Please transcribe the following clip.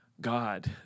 God